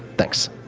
thanks.